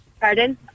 Pardon